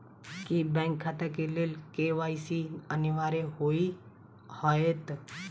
की bank खाता केँ लेल के.वाई.सी अनिवार्य होइ हएत?